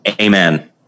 Amen